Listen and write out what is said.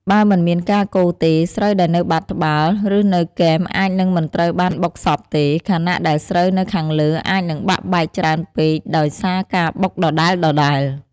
បើមិនមានការកូរទេ ស្រូវដែលនៅបាតត្បាល់ ឬនៅគែមអាចនឹងមិនត្រូវបានបុកសព្វទេ ខណៈដែលស្រូវនៅខាងលើអាចនឹងបាក់បែកច្រើនពេកដោយសារការបុកដដែលៗ។